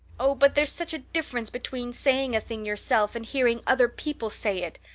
oh, but there's such a difference between saying a thing yourself and hearing other people say it,